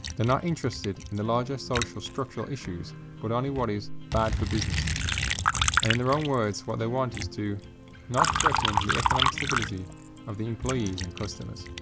they're not interested in the larger social structural issues but only what is bad for business and in their own words what they want is to not threaten the economic stability of the employees and customers.